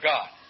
God